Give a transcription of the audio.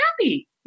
happy